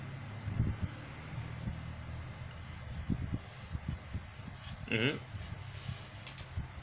mmhmm